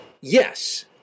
Yes